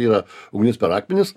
yra ugnis per akmenis